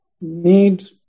need